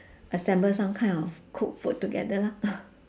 assemble some kind of cook food together lah